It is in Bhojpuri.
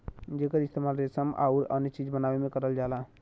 जेकर इस्तेमाल रेसम आउर अन्य चीज बनावे में करल जाला